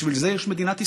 בשביל זה יש מדינת ישראל.